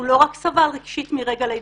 הוא לא רק סבל רגשית מרגע לידתו,